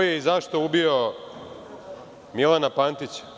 Ko je i zašto ubio Milana Pantića?